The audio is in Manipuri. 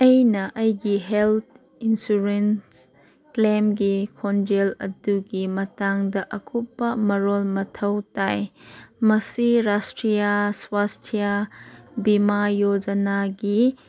ꯑꯩꯅ ꯑꯩꯒꯤ ꯍꯦꯜ ꯏꯟꯁꯨꯔꯦꯟꯁ ꯀ꯭ꯂꯦꯝꯒꯤ ꯈꯣꯡꯖꯦꯜ ꯑꯗꯨꯒꯤ ꯃꯇꯥꯡꯗ ꯑꯀꯨꯞꯄ ꯃꯔꯣꯜ ꯃꯊꯧ ꯇꯥꯏ ꯃꯁꯤ ꯔꯥꯁꯇ꯭ꯔꯤꯌꯥ ꯁ꯭ꯋꯥꯁꯊꯤꯌꯥ ꯚꯤꯃꯥ ꯌꯣꯖꯅꯥꯒꯤ